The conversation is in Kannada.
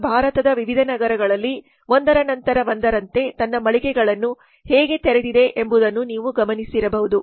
Donaldಸ್ ಭಾರತದ ವಿವಿಧ ನಗರಗಳಲ್ಲಿ ಒಂದರ ನಂತರ ಒಂದರಂತೆ ತನ್ನ ಮಳಿಗೆಗಳನ್ನು ಹೇಗೆ ತೆರೆದಿದೆ ಎಂಬುದನ್ನು ನೀವು ಗಮನಿಸಿರಬಹುದು